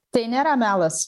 tai nėra melas